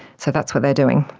so that's what they are doing.